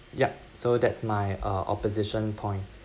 yup so that's my uh opposition point